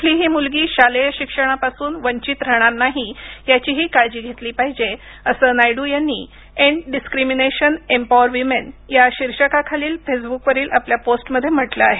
कुठलीही मूलगी शालेय शिक्षणापासून वंचित राहणार नाही याचीही काळजी घेतली पाहिजे असं नायडु यांनी एंड डिस्क्रिमिनेशन एम्पॉवर विमेन या शीर्षकाखालील फेसबुकवरील आपल्या पोस्टमध्ये म्हटलं आहे